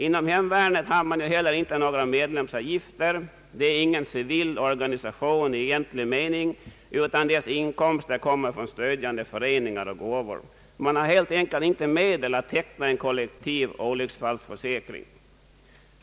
Inom hemvärnet har man heller inte några medlemsavgifter — det är ingen civil organisation i egentlig mening, utan dess inkomster kommer från bl.a. stödjande föreningar. Man har helt enkelt inte medel att teckna en kollektiv olycksfallsförsäkring.